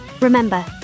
Remember